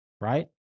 right